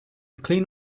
clean